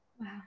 Wow